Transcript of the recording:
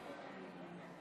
להלן